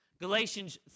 Galatians